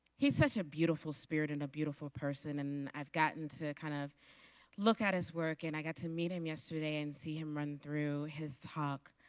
he is such a beautiful spirit and a beautiful person and i've gotten to kind of look at his work and i got to meet him yesterday and see him run through his talk.